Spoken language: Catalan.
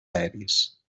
aeris